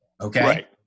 Okay